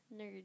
nerd